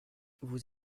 vous